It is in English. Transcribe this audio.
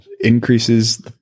Increases